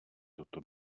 toto